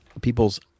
people's